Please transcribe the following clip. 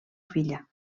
filla